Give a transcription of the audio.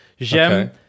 J'aime